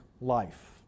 life